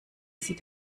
sie